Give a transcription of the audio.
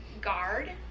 guard